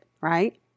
right